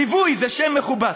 ליווי זה שם מכובס,